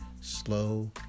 Slow